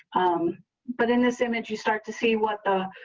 um but in this image, you start to see what the,